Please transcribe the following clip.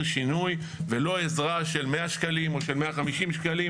שינוי ולא עזרה של 100 שקלים או של 150 שקלים,